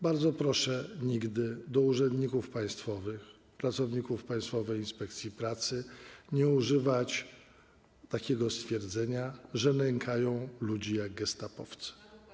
Bardzo proszę nigdy w odniesieniu do urzędników państwowych, pracowników Państwowej Inspekcji Pracy, nie używać takiego stwierdzenia, że nękają ludzi jak gestapowcy.